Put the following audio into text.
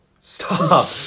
stop